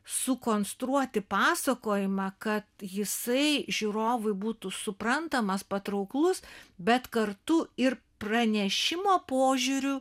sukonstruoti pasakojimą kad jisai žiūrovui būtų suprantamas patrauklus bet kartu ir pranešimo požiūriu